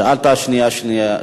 שאלת שאלה שנייה,